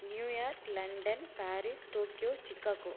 New York London Paris Tokyo Chicago